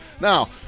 Now